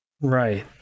Right